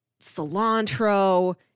cilantro